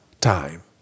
time